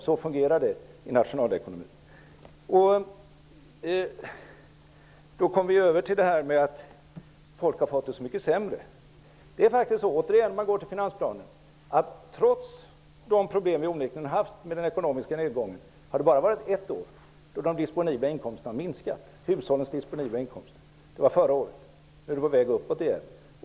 Så fungerar det i nationalekonomin. Då kommer vi över till detta att folk har fått det så mycket sämre. Det är faktiskt så, om man återigen går till finansplanen, att trots de problem vi onekligen har haft med den ekonomiska nedgången har det bara varit ett år då hushållens disponibla inkomster har minskat, och det var förra året. Nu är de på väg uppåt igen.